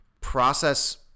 process